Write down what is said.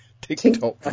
TikTok